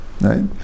right